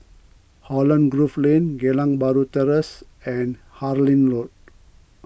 Holland Grove Lane Geylang Bahru Terrace and Harlyn Road